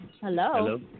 Hello